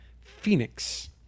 Phoenix